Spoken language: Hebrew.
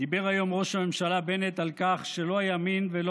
דיבר היום ראש הממשלה בנט על כך שלא הימין ולא